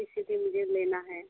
इसलिए मुझे लेना है